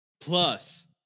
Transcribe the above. plus